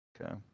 Okay